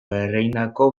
ereindako